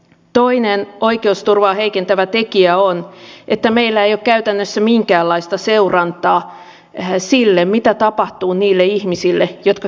toinen oikeusturvaa heikentävä tekijä on että meillä ei ole käytännössä minkäänlaista seurantaa sille mitä tapahtuu niille ihmisille jotka käännytetään suomesta